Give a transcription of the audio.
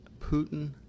Putin